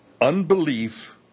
unbelief